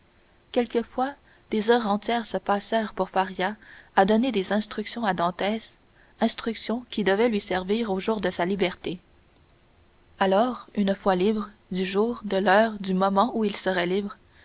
quelquefois des heures entières se passèrent pour faria à donner des instructions à dantès instructions qui devaient lui servir au jour de sa liberté alors une fois libre du jour de l'heure du moment où il serait libre